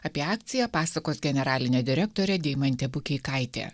apie akciją pasakos generalinė direktorė deimantė bukeikaitė